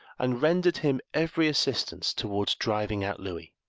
and rendered him every assistance towards driving out louis.